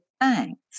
thanks